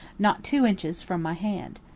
not two inches from my hand.